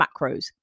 macros